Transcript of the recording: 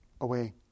away